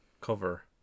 cover